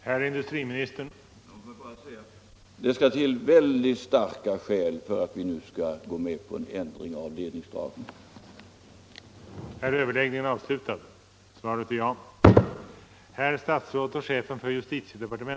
Herr talman! Låt mig bara säga att det skall till väldigt starka skäl för att vi nu skall gå med på en ändring av ledningsdragningen.